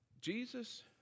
Jesus